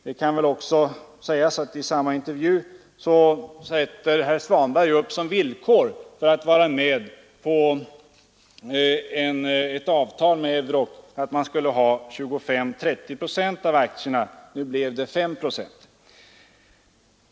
Det kan väl också sägas att i den intervju jag citerade sätter herr Svanberg upp som villkor för att vara med på ett avtal med Euroc att 185 staten skulle ha 25—30 procent av aktierna. Nu blev det 5 procent.